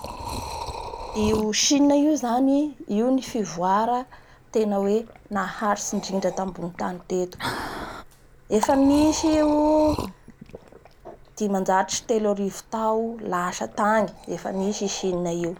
io chine io zany, io ny fivoara tena hoe naharitry indrindra tambony tany teto, efa nisy io dimanjato sy telo arivo taolasa tagny fa nisy io Chine io